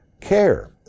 care